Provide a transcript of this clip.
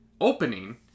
opening